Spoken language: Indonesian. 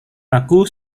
aku